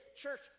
church